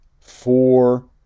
four